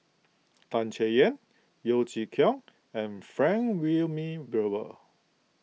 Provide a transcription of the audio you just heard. Tan Chay Yan Yeo Chee Kiong and Frank Wilmin Brewer